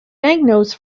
banknotes